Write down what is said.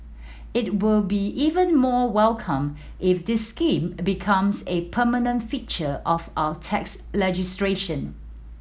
it will be even more welcomed if this scheme becomes a permanent feature of our tax legislation